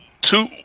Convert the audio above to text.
two